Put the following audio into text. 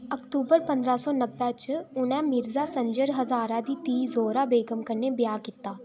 अक्बतूर पंदरां सौ नब्बै च उ'नें मिर्जा संजर हजारा दी धीऽ जोहरा बेगम कन्नै ब्याह् कीता